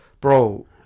Bro